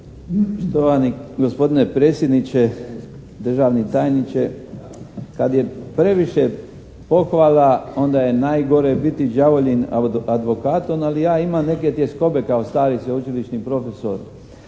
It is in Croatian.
Štovani gospodine predsjedniče, državni tajniče. Kad je previše pohvala onda je najgore biti đavoljin advokat ali ja imam neke tjeskobe kao stari sveučilišni profesor.